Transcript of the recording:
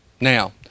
Now